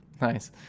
Nice